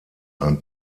ein